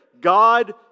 God